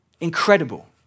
Incredible